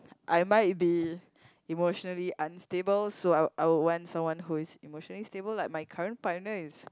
I might be emotionally unstable so I'll I would want someone who is emotionally stable like my current partner is